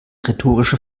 rhetorische